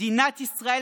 מדינת ישראל